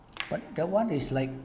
but that [one] is like